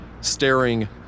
staring